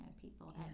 people